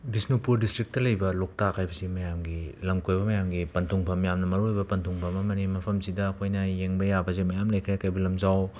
Bishnupur district ꯂꯩꯕ ꯂꯣꯛꯇꯥꯛ ꯍꯥꯏꯕꯁꯤ ꯃꯌꯥꯝꯒꯤ ꯂꯝ ꯀꯣꯏꯕ ꯃꯌꯥꯝꯒꯤ ꯄꯟꯊꯨꯡꯐꯝ ꯌꯥꯝꯅ ꯃꯔꯨ ꯑꯣꯏꯕ ꯄꯟꯊꯨꯡꯕꯝ ꯑꯃꯅꯤ ꯃꯐꯝꯁꯤꯗ ꯑꯩꯈꯣꯏꯅ ꯌꯦꯡꯕ ꯌꯥꯕꯁꯤ ꯃꯌꯥꯝ ꯂꯩꯈ꯭ꯔꯦ ꯀꯩꯕꯨꯜ ꯂꯝꯖꯥꯎ